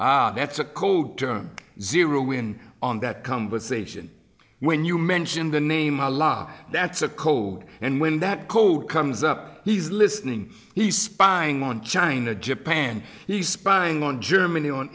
conversation that's a code term zero in on that conversation when you mention the name a law that's a code and when that code comes up he's listening he's spying on china japan he's spying on germany on